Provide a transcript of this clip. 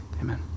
amen